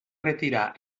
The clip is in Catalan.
retirar